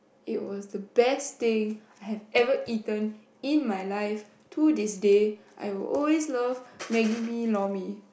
it was the best thing I have ever eaten in my life to this day I will always love maggi mee lor-mee